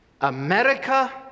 America